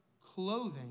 clothing